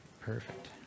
perfect